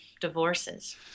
divorces